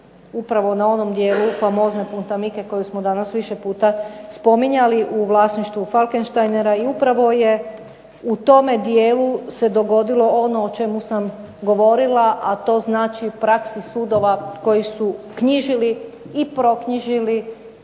upravo na onom dijelu famozne Puntamike koju smo danas više puta spominjali u vlasništvu Falkensteinera i upravo je u tome dijelu se dogodilo ono o čemu sam govorila, a to znači o praksi sudova koji su knjižili i proknjižili